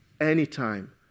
anytime